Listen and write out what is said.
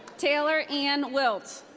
taylor ann wilt.